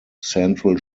central